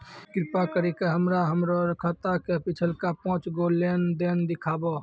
कृपा करि के हमरा हमरो खाता के पिछलका पांच गो लेन देन देखाबो